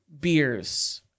beers